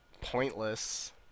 pointless